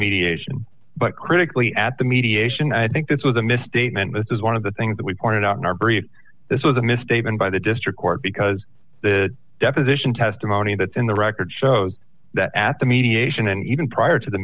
mediation but critically at the mediation i think this was a misstatement this is one of the things that we pointed out in our brief this was a misstatement by the district court because the deposition testimony that's in the record shows that at the mediation and even prior to the